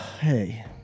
Hey